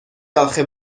آخه